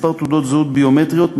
מספר תעודות הזהות הביומטריות,